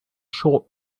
short